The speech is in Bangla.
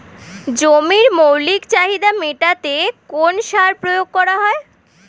জমির মৌলিক চাহিদা মেটাতে কোন সার প্রয়োগ করা হয়?